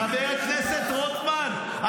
חבר הכנסת רוטמן,